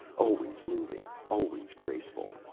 always moving, always graceful,